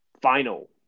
final